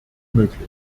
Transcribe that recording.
möglich